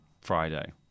Friday